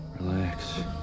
Relax